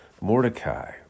Mordecai